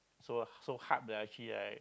so so hard that I actually like